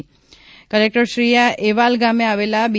તેમણે કલેક્ટરશ્રીએ એવાલ ગામે આવેલા બી